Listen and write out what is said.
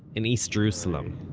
in east jerusalem